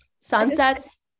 Sunsets